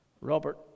Robert